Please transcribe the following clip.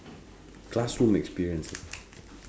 classroom experience